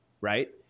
right